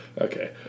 Okay